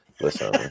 listen